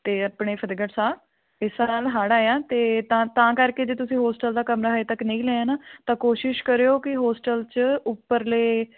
ਅਤੇ ਆਪਣੇ ਫਤਿਹਗੜ੍ਹ ਸਾਹਿਬ ਇਸ ਸਾਲ ਹੜ੍ਹ ਆਇਆ ਅਤੇ ਤਾਂ ਤਾਂ ਕਰਕੇ ਜੇ ਤੁਸੀਂ ਹੋਸਟਲ ਦਾ ਕਮਰਾ ਅਜੇ ਤੱਕ ਨਹੀਂ ਲਿਆ ਨਾ ਤਾਂ ਕੋਸ਼ਿਸ਼ ਕਰਿਉ ਕਿ ਹੋਸਟਲ 'ਚ ਉੱਪਰਲੇ